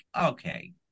okay